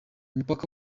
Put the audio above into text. mupaka